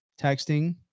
texting